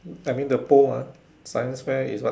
I mean the poll ah science fair is what